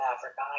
Africa